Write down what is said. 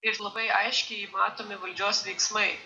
ir labai aiškiai matomi valdžios veiksmai